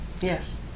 Yes